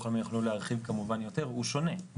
הלאומי יוכלו להרחיב כמובן יותר הוא שונה.